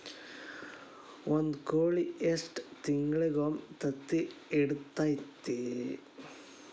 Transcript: ಒಂದ್ ಕೋಳಿ ಎಷ್ಟ ತಿಂಗಳಿಗೊಮ್ಮೆ ತತ್ತಿ ಇಡತೈತಿ?